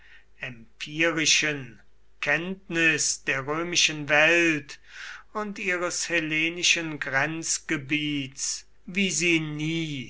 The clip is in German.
empirischen kenntnis der römischen welt und ihres hellenischen grenzgebiets wie sie nie